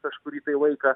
kažkurį tai laiką